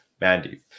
mandy